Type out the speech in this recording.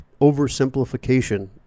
oversimplification